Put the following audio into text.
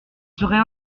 serait